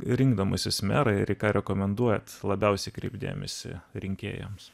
rinkdamasis merą ir ką rekomenduoti labiausiai kreipti dėmesį rinkėjams